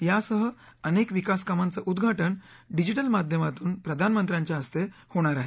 यासह अनेक विकासकामांचं उदघाटन डिजिटल माध्यमातून प्रधानमंत्र्यांच्या हस्ते होणार आहे